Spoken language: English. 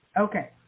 Okay